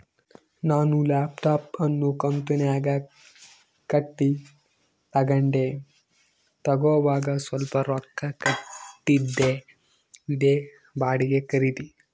ನಾನು ಲ್ಯಾಪ್ಟಾಪ್ ಅನ್ನು ಕಂತುನ್ಯಾಗ ಕಟ್ಟಿ ತಗಂಡೆ, ತಗೋವಾಗ ಸ್ವಲ್ಪ ರೊಕ್ಕ ಕೊಟ್ಟಿದ್ದೆ, ಇದೇ ಬಾಡಿಗೆ ಖರೀದಿ